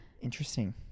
Interesting